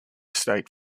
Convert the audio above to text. state